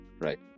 right